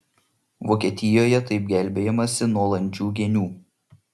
vokietijoje taip gelbėjamasi nuo landžių genių